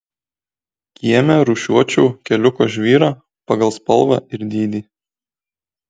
kieme rūšiuočiau keliuko žvyrą pagal spalvą ir dydį